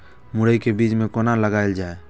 मुरे के बीज कै कोना लगायल जाय?